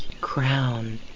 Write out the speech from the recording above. crown